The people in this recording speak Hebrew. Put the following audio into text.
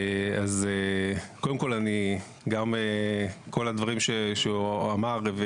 קודם כל, לגבי כל הדברים שהוא אמר,